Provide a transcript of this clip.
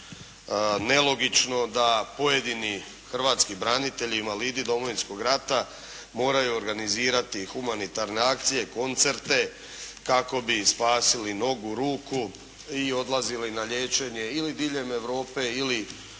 nelogično da pojedini hrvatski branitelji invalidi Domovinskog rata moraju organizirati humanitarne akcije, koncerte kako bi spasili nogu, ruku i odlazili na liječenje ili diljem Europe ili